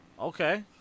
Okay